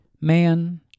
man